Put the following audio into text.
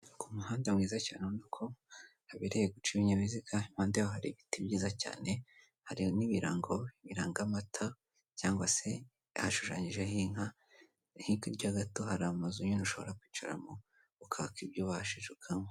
Ku muhanda mwiza cyane ubona ko habereye guca ibinyabiziga, impande yaho hari ibiti byiza cyane, hari n'ibirango birangamata cyangwa se hashushanyijeho inka, hirya gato hari amazu nyine ushobora kwicaramo ukaka ibyo ubashije ukanywa.